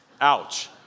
Ouch